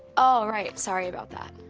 oh, right. sorry about that.